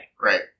Right